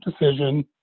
decision